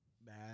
bad